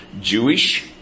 Jewish